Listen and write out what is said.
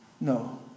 No